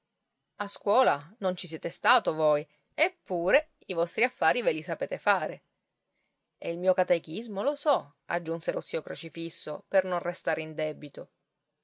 a scuola non ci siete stato voi eppure i vostri affari ve li sapete fare e il mio catechismo lo so aggiunse lo zio crocifisso per non restare in debito